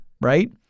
right